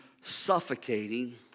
suffocating